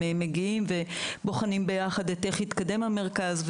מגיעים ובוחנים ביחד איך התקדם המרכז,